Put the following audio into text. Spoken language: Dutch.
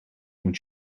moet